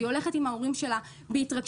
היא הולכת עם ההורים שלה בהתרגשות